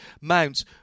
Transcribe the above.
mounts